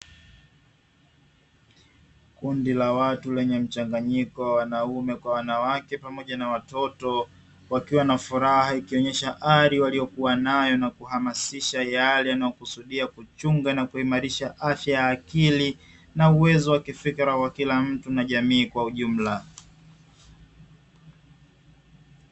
Kundi la watu lenye mchanganyiko wanaume kwa wanawake pamoja na watoto, wakiwa na furaha ikionyesha ari waliokuwa nayo na kuhamasisha yale yanayokusudia kuchunga na kuimarisha afya ya akili na uwezo wa kifikra wa kila mtu na jamii kwa ujumla.